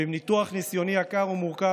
ועם ניתוח ניסיוני יקר ומורכב,